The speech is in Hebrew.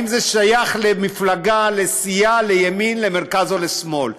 אם זה שייך למפלגה, לסיעה, לימין, למרכז או לשמאל.